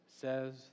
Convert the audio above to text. says